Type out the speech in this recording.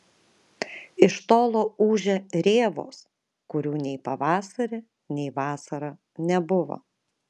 iš tolo ūžia rėvos kurių nei pavasarį nei vasarą nebuvo